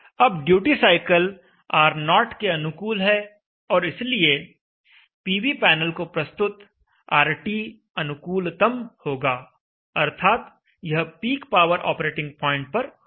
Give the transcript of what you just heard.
अब duty cycle R0 के अनुकूल है और इसलिए पीवी पैनल को प्रस्तुत RT अनुकूलतम होगा अर्थात यह पीक पावर ऑपरेटिंग पॉइंट पर होगा